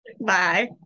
bye